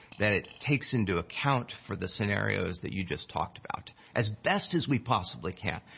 that it takes into account for the scenarios that you just talked about, as best as we possibly can.